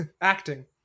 Acting